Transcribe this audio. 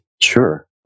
Sure